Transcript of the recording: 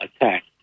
attack